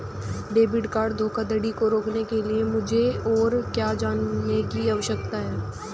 Debit card धोखाधड़ी को रोकने के लिए मुझे और क्या जानने की आवश्यकता है?